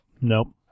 Nope